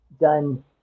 done